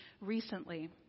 recently